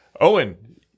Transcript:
Owen